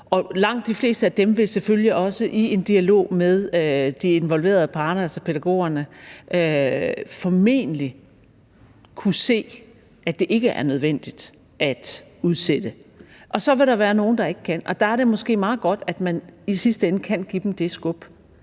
Langt de fleste af dem vil selvfølgelig også i en dialog med de involverede parter, altså pædagogerne, formentlig kunne se, at det ikke er nødvendigt at udsætte det. Og så vil der være nogle, der ikke kan, og der er det måske meget godt, at man i sidste ende kan give dem det skub,